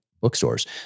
bookstores